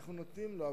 אנחנו נותנים לו.